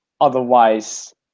otherwise